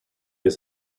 his